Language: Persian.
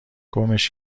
گمش